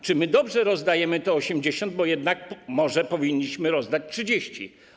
Czy my dobrze rozdajemy te 80, bo jednak może powinniśmy rozdać 30?